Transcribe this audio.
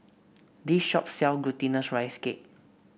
this shop sell Glutinous Rice Cake